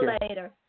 later